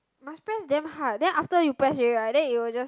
must press damn hard then after you press ready right that it was just